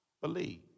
believe